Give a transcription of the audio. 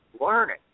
learning